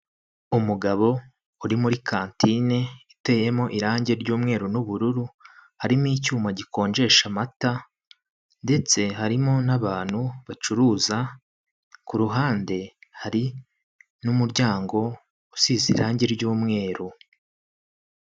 Umugabo uri muri kantine iteyemo irangi ry'umweru n'ubururu, harimo icyuma gikonjesha amata ndetse harimo n'abantu bacuruza, ku ruhande hari n'umuryango usize irangi ry'umweru.